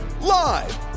Live